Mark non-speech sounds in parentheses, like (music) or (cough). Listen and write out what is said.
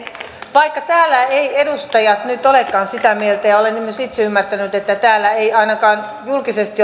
vaikka täällä eivät edustajat nyt olekaan sitä mieltä ja olen myös itse ymmärtänyt että täällä ei ainakaan julkisesti (unintelligible)